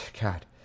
God